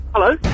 Hello